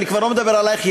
אני כבר לא מדבר עלייך,